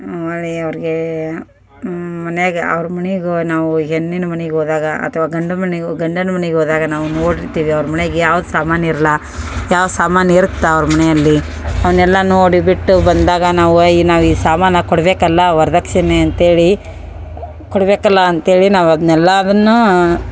ಆಮೇಲೆ ಅವ್ರ್ಗೆ ಮನಿಯಾಗೆ ಅವ್ರ ಮನಿಗೆ ನಾವು ಹೆಣ್ಣಿನ ಮನಿಗೆ ಹೋದಾಗ ಅಥವಾ ಗಂಡನ ಮನೆ ಓ ಗಂಡನ ಮನಿಗೆ ಹೋದಾಗ ನಾವು ನೋಡಿರ್ತೀವಿ ಅವ್ರ ಮನ್ಯಾಗೆ ಯಾವ ಸಾಮಾನು ಇರಲ್ಲ ಯಾವ ಸಾಮಾನ್ ಇರತ್ತೆ ಅವ್ರ ಮನೆಯಲ್ಲಿ ಅವನ್ನೆಲ್ಲ ನೋಡಿ ಬಿಟ್ಟು ಬಂದಾಗ ನಾವು ಏ ನಾವು ಈ ಸಾಮಾನು ನಾವು ಕೊಡಬೇಕಲ್ಲ ವರದಕ್ಷಿಣೆ ಅಂತೇಳಿ ಕೊಡಬೇಕಲ್ಲ ಅಂತೇಳಿ ನಾವು ಅದ್ನೆಲ್ಲದುನ್ನು